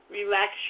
Relax